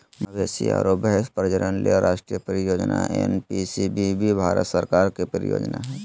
मवेशी आरो भैंस प्रजनन ले राष्ट्रीय परियोजना एनपीसीबीबी भारत सरकार के परियोजना हई